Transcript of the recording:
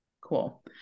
Cool